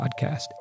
podcast